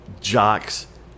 jocks